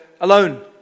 alone